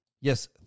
Yes